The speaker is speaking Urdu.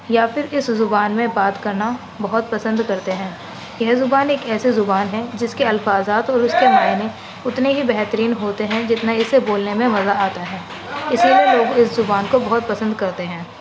یا پھر اس زبان میں بات کرنا بہت پسند کرتے ہیں یہ زبان ایک ایسی زبان ہے جس کے الفاظات اور اس کے معنی اتنے ہی بہترین ہوتے ہیں جتنے اسے بولنے میں مزہ آتا ہے اسی لیے لوگ اس زبان کو بہت پسند کرتے ہیں